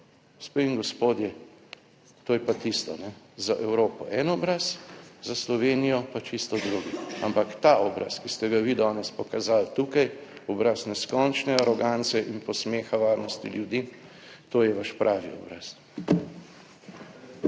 Gospe in gospodje, to je pa tisto za Evropo en obraz, za Slovenijo pa čisto drugi, ampak ta obraz, ki ste ga vi danes pokazali tukaj, obraz neskončne arogance in posmeha varnosti ljudi, to je vaš pravi obraz.